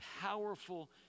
powerful